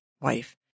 wife